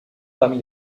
parmi